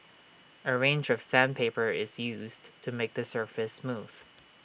A range of sandpaper is used to make the surface smooth